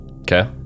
Okay